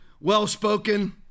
well-spoken